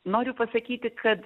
noriu pasakyti kad